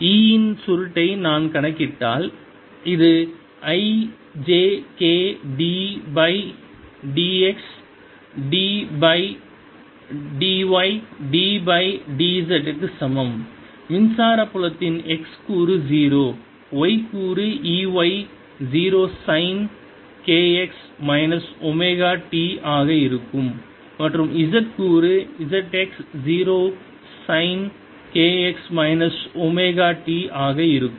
E இன் சுருட்டை நான் கணக்கிட்டால் இது i j k d by dx d by dy d by dz க்கு சமம் மின்சார புலத்தின் x கூறு 0 y கூறு E y 0 sine k x minus omega t ஆக இருக்கும் மற்றும் z கூறு E z 0 sine k x minus omega t ஆக இருக்கும்